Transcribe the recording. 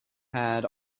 had